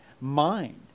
mind